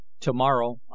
Tomorrow